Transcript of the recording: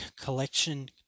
collection